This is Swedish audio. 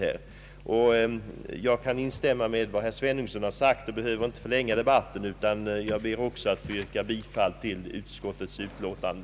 Jag kan i övrigt instämma i vad herr Svenungsson har sagt och behöver därför inte förlänga debatten. Jag ber, herr talman, att få yrka bifall till utskottets utlåtande.